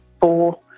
four